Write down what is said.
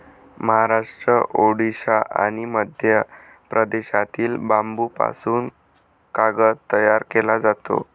महाराष्ट्र, ओडिशा आणि मध्य प्रदेशातील बांबूपासून कागद तयार केला जातो